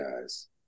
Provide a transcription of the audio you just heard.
guys